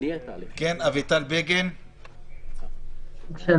אביטל בגין, בבקשה.